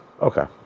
Okay